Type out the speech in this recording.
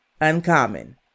uncommon